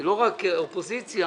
לא רק את האופוזיציה,